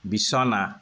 বিছনা